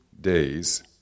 days